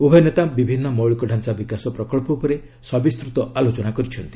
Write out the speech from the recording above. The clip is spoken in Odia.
ଉଭୟ ନେତା ବିଭିନ୍ନ ମୌଳିକଢାଞ୍ଚା ବିକାଶ ପ୍ରକଳ୍ପ ଉପରେ ସବିସ୍ଚତ ଆଲୋଚନା କରିଛନ୍ତି